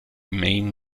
main